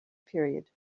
period